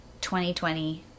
2020